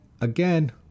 again